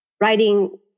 writing